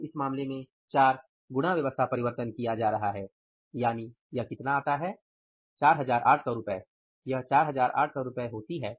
तो इस मामले में 4 गुणा व्यवस्था परिवर्तन किया जा रहा है यानि यह कितना आता है 4800 रु 4800 रु होती है